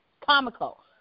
comical